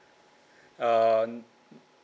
err